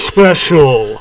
Special